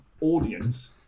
audience